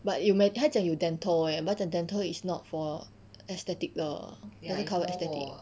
but you might 他讲有点 dental eh but 他讲 dental is not for aesthetic 的 it can't cover aesthetic